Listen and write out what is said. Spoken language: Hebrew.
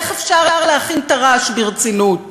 איך אפשר להכין תר"ש ברצינות